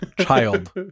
Child